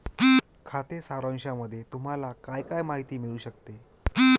खाते सारांशामध्ये तुम्हाला काय काय माहिती मिळू शकते?